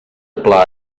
pla